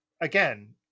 again